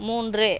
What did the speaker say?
மூன்று